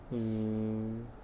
mm